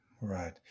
Right